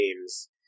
games